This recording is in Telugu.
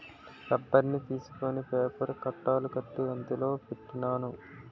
రబ్బర్ని తీసుకొని పేపర్ కట్టలు కట్టి అందులో పెట్టినాను